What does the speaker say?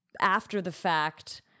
after-the-fact